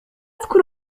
أذكر